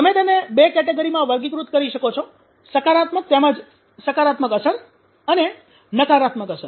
તમે તેને બે કેટેગરીમાં વર્ગીકૃત કરી શકો છો સકારાત્મક તેમજ સકારાત્મક અસર અને નકારાત્મક અસર